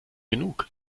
genug